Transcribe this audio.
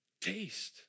Taste